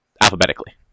alphabetically